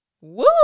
Woo